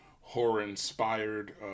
horror-inspired